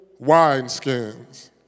wineskins